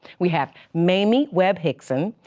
we have mamie webb hixon,